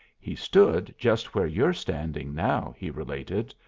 he stood just where you're standing now, he related,